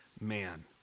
man